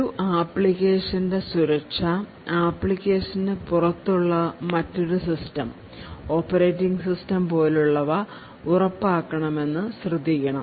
ഒരു അപ്ലിക്കേഷന്റെ സുരക്ഷ അപ്ലിക്കേഷന് പുറത്തുള്ള മറ്റൊരു സിസ്റ്റം ഓപ്പറേറ്റിംഗ് സിസ്റ്റം പോലുള്ളവ ഉറപ്പാക്കണമെന്ന് ശ്രദ്ധിക്കണം